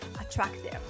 attractive